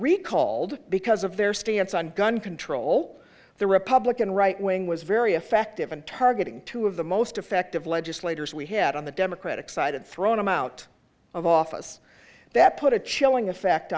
recalled because of their stance on gun control the republican right wing was very effective and targeting two of the most effective legislators we had on the democratic side and thrown him out of office that put a chilling effect